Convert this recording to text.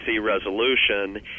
resolution